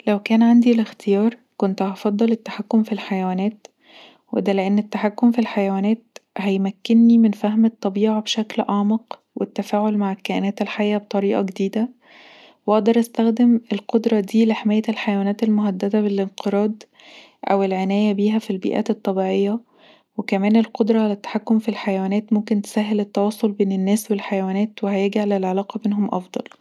لو كان عندي الاختيار كنت هفضل التحكم في الحيوانات وده لأن التحكم في الحيوانات هيمكني من فهم الطبيعة بشكل اعمق والتفاعل مع الكائنات الحيه بطريقه جديده واقدر استخدم القدره دي لحماية الحيوانات المهدده بالإنقراض او العنايه بيها في البيئات الطبيعيه وكمان القدره علي التحكم في الحيوانات ممكن تسهل التواصل بين الناس والحيوانات وهيجعل العلاقه بينهم افضل